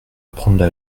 apprendre